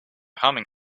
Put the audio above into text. humming